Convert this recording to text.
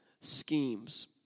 schemes